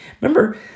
Remember